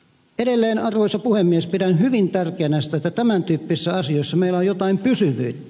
edelleen arvoisa puhemies pidän hyvin tärkeänä sitä että tämäntyyppisissä asioissa meillä on jotain pysyvyyttä